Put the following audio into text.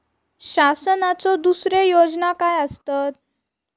शासनाचो दुसरे योजना काय आसतत?